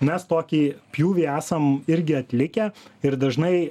mes tokį pjūvį esam irgi atlikę ir dažnai